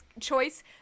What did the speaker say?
choice